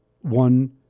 one